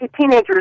teenagers